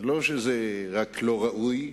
לא רק שזה לא ראוי,